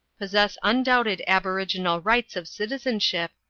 possess undoubted aboriginal rights of citizenship,